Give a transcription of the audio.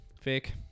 fake